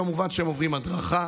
כמובן שהם עוברים הדרכה,